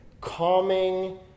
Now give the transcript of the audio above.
calming